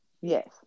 Yes